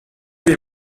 les